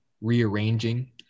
rearranging